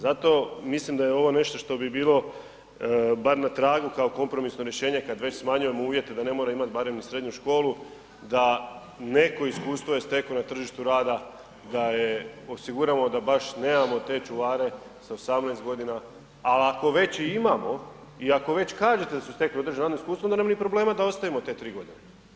Zato mislim da je ovo nešto što bi bilo bar na tragu kao kompromisno rješenje kad već smanjujemo uvjete da ne mora imat barem i srednju školu, da neko iskustvo je steko na tržištu rada, da je osiguramo, da baš nemamo te čuvare sa 18 godina, al ako već i imamo i ako već kažete da su stekli određeno radno iskustvo onda nema ni problema da ostavimo te 3 godine.